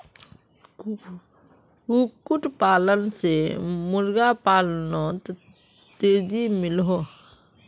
कुक्कुट पालन से मुर्गा पालानोत तेज़ी मिलोहो